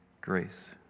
grace